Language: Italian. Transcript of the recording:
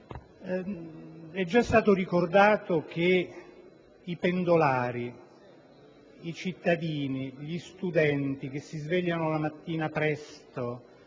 È già stato ricordato che i pendolari, i cittadini, gli studenti che si svegliano la mattina presto,